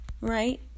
Right